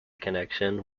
connection